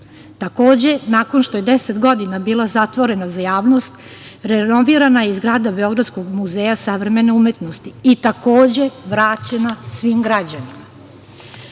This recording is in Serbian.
nakon što je deset godina bila zatvorena za javnost, renovirana je i zgrada beogradskog Muzeja savremene umetnosti i, takođe, vraćena svim građanima. Pored